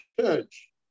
church